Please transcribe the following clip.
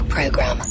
Program